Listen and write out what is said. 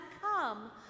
come